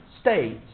states